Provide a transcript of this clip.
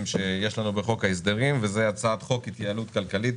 שיש לנו בחוק ההסדרים וזה הצעת חוק התייעלות כלכלית